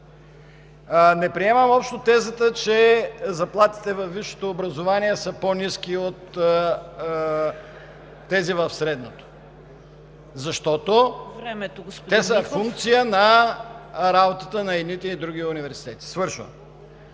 Не приемам общо тезата, че заплатите във висшето образование са по-ниски от тези в средното, защото те са функция на работата на едните и другите университети. Има